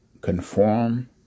conform